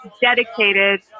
dedicated